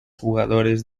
jugadores